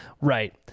Right